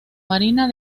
marina